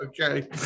okay